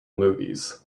movies